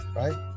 right